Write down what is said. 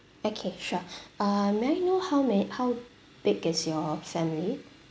okay sure uh may I know how ma~ how big is your family